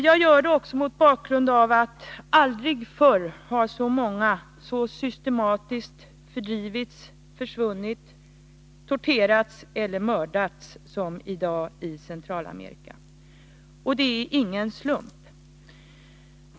Jag gör detta också mot bakgrund av att aldrig förr har så många så systematiskt fördrivits, försvunnit, torterats eller mördats som i dag i Centralamerika. Och det är ingen slump.